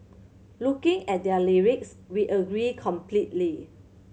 looking at their lyrics we agree completely